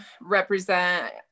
represent